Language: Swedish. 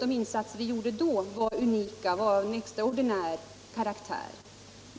de insatser vi gjorde förra året var av extraordinär karaktär.